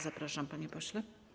Zapraszam, panie pośle.